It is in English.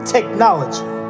Technology